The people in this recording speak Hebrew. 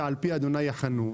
ועל פי ה' יחנו".